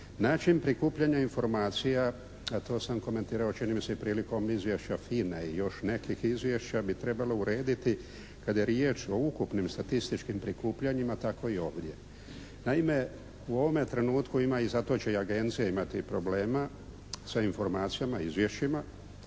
Način prikupljanja informacija, a to sam komentirao čini mi se i prilikom izvješća FINA-e i još nekih izvješća bi trebalo urediti kada je riječ o ukupnim statističkim prikupljanjima, tako i ovdje. Naime, u ovome trenutku ima i zato će i agencija imati problema sa informacijama, izvješćima.